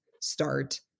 start